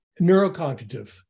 Neurocognitive